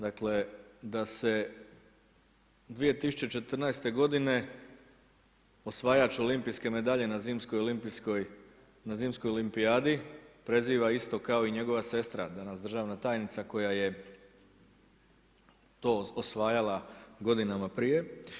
Dakle, da se 2014. godine osvajač olimpijske medalje na zimskoj olimpijadi preziva isto kao i njegova sestra danas državna tajnica koja je to osvajala godinama prije.